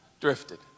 Drifted